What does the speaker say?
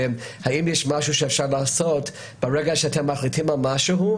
האם יש משהו שאפשר לעשות ברגע שאתם מחליטים על משהו,